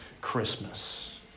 Christmas